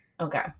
okay